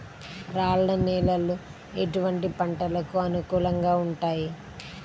రాళ్ల నేలలు ఎటువంటి పంటలకు అనుకూలంగా ఉంటాయి?